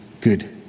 good